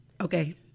Okay